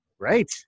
Right